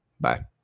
Bye